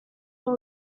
hold